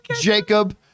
Jacob